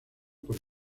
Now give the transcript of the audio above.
por